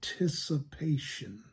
anticipation